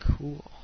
Cool